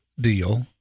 deal